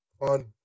on